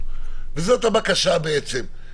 וזאת הבקשה בעצם.